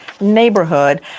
neighborhood